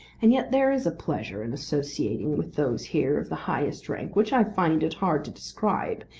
and yet there is a pleasure in associating with those here of the highest rank which i find it hard to describe,